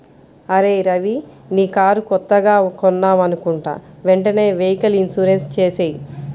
అరేయ్ రవీ నీ కారు కొత్తగా కొన్నావనుకుంటా వెంటనే వెహికల్ ఇన్సూరెన్సు చేసేయ్